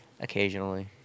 Occasionally